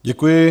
Děkuji.